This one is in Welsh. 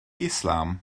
islam